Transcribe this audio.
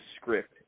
script